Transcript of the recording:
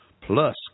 plus